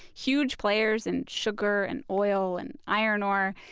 huge players in sugar and oil and iron ore.